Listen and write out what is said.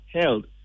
held